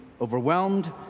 overwhelmed